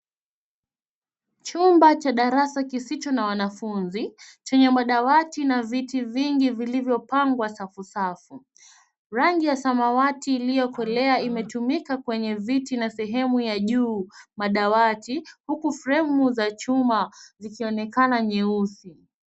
Chumba cha darasa kisicho na wanafunzi chenye madawati na viti vingi vilivyopangwa safu safu. Rangi ya samawati iliyokolea imetumika kwenye viti na sehemu ya juu madawati huku fremu za chuma zikionekana nyeusi.